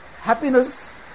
happiness